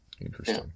Interesting